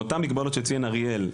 מאותן מגבלות שציין אריאל,